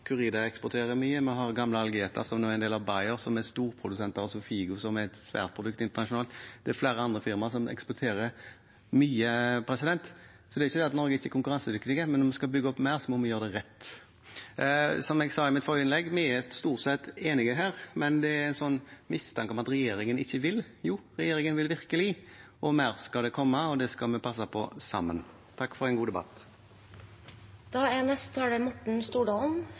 eksporterer mye, vi har gamle Algeta, nå en del av Bayer, som er storprodusent av Xofigo, et svært produkt internasjonalt, og flere andre firmaer eksporterer mye. Det er ikke det at Norge ikke er konkurransedyktig, men skal vi bygge opp mer, må vi gjøre det rett. Som jeg sa i mitt forrige innlegg, er vi stort sett enige her. Men det er en mistanke om at regjeringen ikke vil. Jo, regjeringen vil virkelig, og mer skal det komme, og det skal vi passe på sammen. Representanten Morten Stordalen har hatt ordet to ganger tidligere og får ordet til en